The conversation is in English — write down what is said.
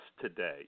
today